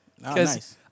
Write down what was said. Nice